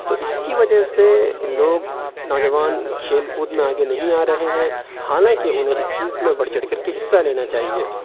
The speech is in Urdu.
تو اس کی وجہ سے لوگ نوجوان کھیل کود میں آگے نہیں آ رہے ہیں حالانکہ انہیں اس چیز میں بڑھ چڑھ کر کے حصہ لینا چاہیے